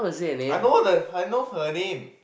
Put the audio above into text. I know then I know her name